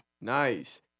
Nice